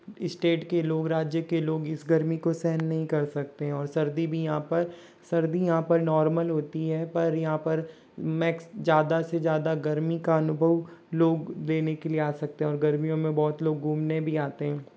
state के लोग या राज्य के लोग इस गर्मी को सहन नहीं कर सकते और सर्दी भी यहाँ पर सर्दी यहाँ पर नार्मल होती है पर यहाँ पर मेक्स ज़्यादा से ज़्यादा गर्मी का अनुभव लोग लेने के लिए आ सकते हैं और गर्मियों में बहुत लोग घूमने भी आते हैं